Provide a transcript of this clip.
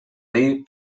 dir